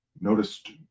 noticed